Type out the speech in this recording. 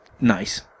nice